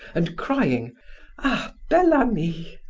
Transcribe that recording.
and crying ah, bel-ami!